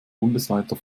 bundesweiter